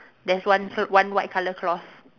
there's one one white colour cloth